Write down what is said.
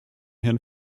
herrn